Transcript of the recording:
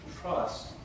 trust